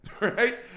Right